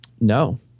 no